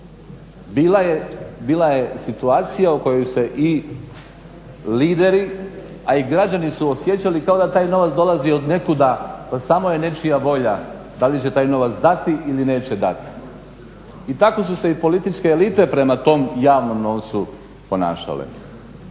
Bila je situacija u kojoj se i lideri, a i građani su osjećali kao da taj novac dolazi od nekuda, pa samo je nečija volja da li će taj novac dati ili neće dati. I tako su se i političke elite prema tom javnom novcu ponašale.